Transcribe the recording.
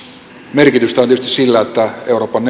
merkitystä on tietysti sillä että euroopan